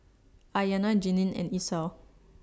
Aryanna Jeanine and Esau